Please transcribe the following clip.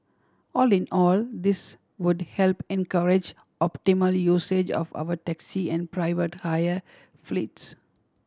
all in all this would help encourage optimal usage of our taxi and private hire fleets